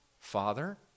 Father